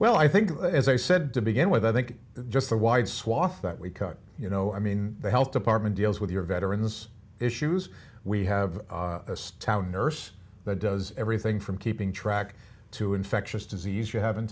well i think as i said to begin with i think just the wide swath that we cut you know i mean the health department deals with your veterans issues we have a town nurse that does everything from keeping track to infectious disease you have